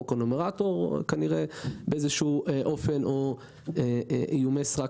כנראה לפי חוק הנומרטור או באיומי סרק